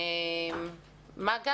מה גם